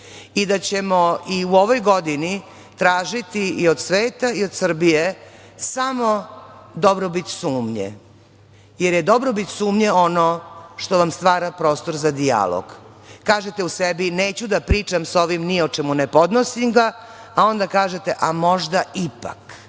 i da ćemo i u ovoj godini tražiti i od sveta i od Srbije samo dobrobit sumnje jer je dobrobit sumnje ono što vam stvara prostor za dijalog. Kažete u sebi – neću da pričam sa ovim ni o čemu, ne podnosim ga, a onda kažete – a, možda ipak